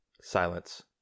Silence